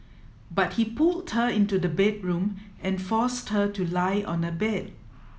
but he pulled her into the bedroom and forced her to lie on a bed